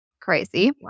Crazy